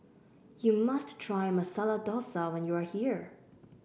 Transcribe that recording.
you must try Masala Dosa when you are here